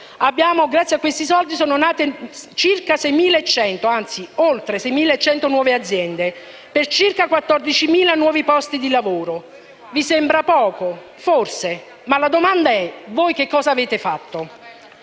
parlamentari - sono nate oltre 6.100 nuove aziende, per circa 14.000 nuovi posti di lavoro. Vi sembra poco? Forse. Ma la domanda è: voi che cosa avete fatto?